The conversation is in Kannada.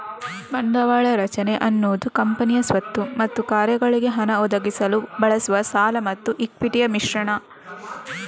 ಬಂಡವಾಳ ರಚನೆ ಅನ್ನುದು ಕಂಪನಿಯ ಸ್ವತ್ತು ಮತ್ತು ಕಾರ್ಯಗಳಿಗೆ ಹಣ ಒದಗಿಸಲು ಬಳಸುವ ಸಾಲ ಮತ್ತು ಇಕ್ವಿಟಿಯ ಮಿಶ್ರಣ